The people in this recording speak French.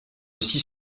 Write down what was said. aussi